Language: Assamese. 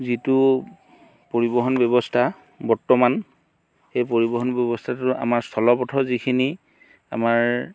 যিটো পৰিবহণ ব্যৱস্থা বৰ্তমান সেই পৰিবহণ ব্যৱস্থাটো আমাৰ স্থলপথৰ যিখিনি আমাৰ